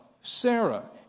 Sarah